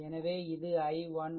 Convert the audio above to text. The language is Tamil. எனவே இது i1